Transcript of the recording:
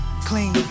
clean